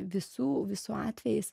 visų visų atvejais